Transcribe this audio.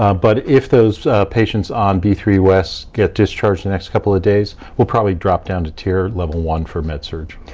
um but if those patients on b three west get discharged the next couple of days, we'll probably drop down to tier level one for med-surg.